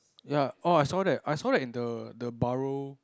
ya orh I saw that I saw that in the the barrow